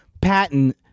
Patton